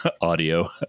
audio